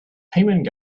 payment